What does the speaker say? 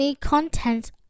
content